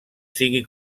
sigui